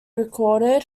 recorded